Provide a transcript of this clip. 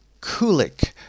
Kulik